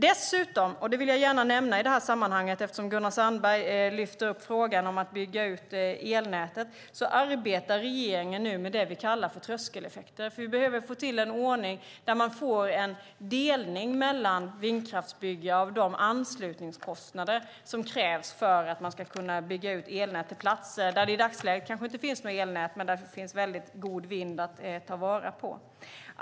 Dessutom - och det vill jag gärna nämna i det här sammanhanget, eftersom Gunnar Sandberg lyfte upp frågan om att bygga ut elnätet - arbetar regeringen nu med det som vi kallar tröskeleffekter. Vi behöver få till en ordning där man får en delning mellan vindkraftsbyggen av de anslutningskostnader som krävs för att man ska kunna bygga ut elnät till platser där det i dagsläget kanske inte finns något elnät men där det finns god vind att ta vara på.